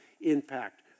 impact